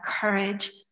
courage